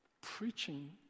preaching